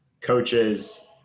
coaches